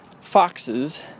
foxes